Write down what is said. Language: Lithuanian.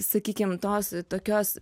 sakykim tos tokios